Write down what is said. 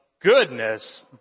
goodness